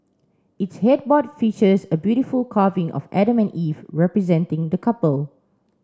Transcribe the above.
its headboard features a beautiful carving of Adam and Eve representing the couple